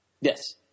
Yes